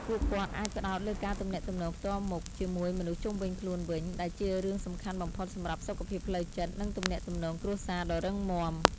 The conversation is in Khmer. ពួកគាត់អាចផ្តោតលើការទំនាក់ទំនងផ្ទាល់មុខជាមួយមនុស្សជុំវិញខ្លួនវិញ ដែលជារឿងសំខាន់បំផុតសម្រាប់សុខភាពផ្លូវចិត្តនិងទំនាក់ទំនងគ្រួសារដ៏រឹងមាំ។